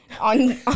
on